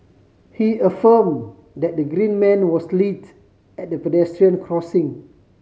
he affirm that the green man was lit at the pedestrian crossing